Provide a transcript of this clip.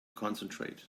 concentrate